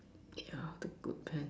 yeah to put back